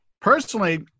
personally